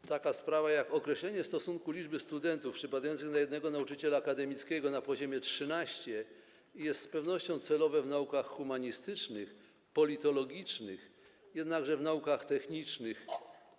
Także taka sprawa - określenie liczby studentów przypadających na jednego nauczyciela akademickiego na poziomie 13 jest z pewnością celowe w naukach humanistycznych, politologicznych, jednakże w naukach technicznych,